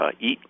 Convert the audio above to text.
eat